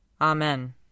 Amen